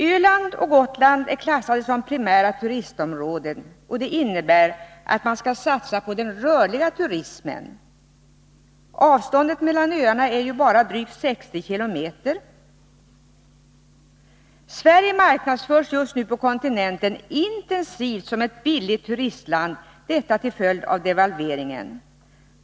| Öland och Gotland är klassade som primära turistområden. Detta innebär att man skall satsa på den rörliga turismen. Avståndet mellan öarna är ju bara drygt 60 km. Sverige marknadsförs just nu på kontinenten intensivt som ett billigt turistland, detta till följd av devalveringen.